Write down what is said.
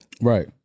Right